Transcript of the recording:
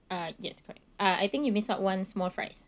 uh yes correct uh I think you miss out one small fries